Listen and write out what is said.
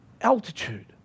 Altitude